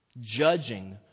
judging